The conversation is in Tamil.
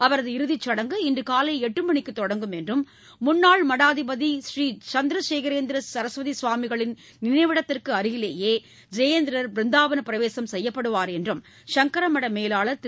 அவரது இறதிச் சடங்கு இன்று காலை எட்டு மணிக்கு தொடங்கும் என்றும் முன்னாள் மடாதிபதி ஸ்ரீ சந்திரசேகரேந்திர சரஸ்வதி சுவாமிகளின் நினைவிடத்திற்கு அருகிலேயே ஜெயேந்திரர் பிருந்தாவன பிரவேசம் செய்யப்படுவார் என்றும் சங்கர மட மேலாளர் திரு